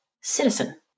citizen